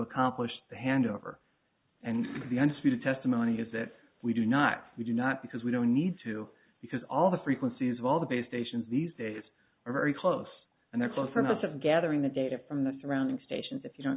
accomplish the handover and the undisputed testimony is that we do not we do not because we don't need to because all the frequencies of all the base stations these days are very close and they're close enough of gathering the data from the surrounding stations if you